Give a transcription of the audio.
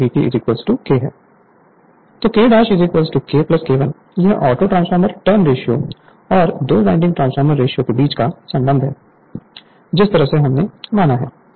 तो K K K1 यह autotransformer turns ratio और दो वाइंडिंग ट्रांसफार्मर रेशियो के बीच का संबंध है जिस तरह से हमने माना है